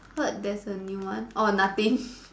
heard there's a new one oh nothing